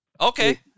Okay